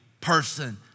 person